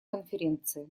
конференции